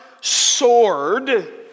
sword